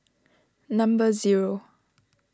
number zero